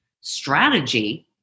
strategy